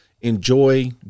enjoy